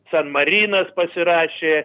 san marinas pasirašė